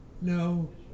No